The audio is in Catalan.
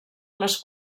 les